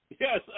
Yes